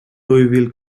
louisville